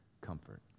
comfort